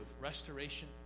restoration